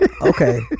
Okay